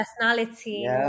personality